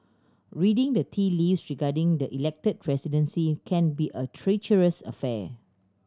reading the tea leaves regarding the Elected Presidency can be a treacherous affair